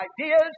ideas